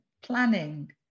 planning